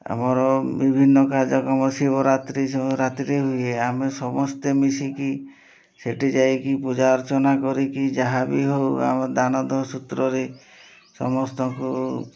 ଆମର ବିଭିନ୍ନ କାର୍ଯ୍ୟକ୍ରମ ଶିବରାତ୍ରି ରାତିରେ ହୁଏ ଆମେ ସମସ୍ତେ ମିଶିକି ସେଠି ଯାଇକି ପୂଜା ଅର୍ଚ୍ଚନା କରିକି ଯାହା ବି ହେଉ ଆମ ଦାନସୁତ୍ରରେ ସମସ୍ତଙ୍କୁ